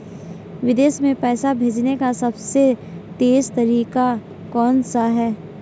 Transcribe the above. विदेश में पैसा भेजने का सबसे तेज़ तरीका कौनसा है?